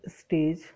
stage